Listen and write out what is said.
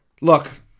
Look